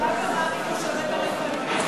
שיתפתי במה אני חושבת עליכם היום.